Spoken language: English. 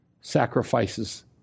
sacrifices